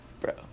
bro